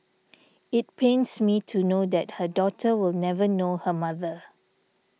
it pains me to know that her daughter will never know her mother